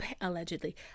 allegedly